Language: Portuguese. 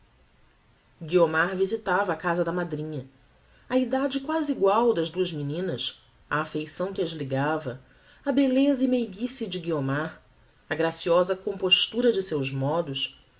guiomar visitava a casa da madrinha a edade quasi egual das duas meninas a affeição que as ligava a belleza e meiguice de guiomar a graciosa compostura de seus modos